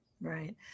Right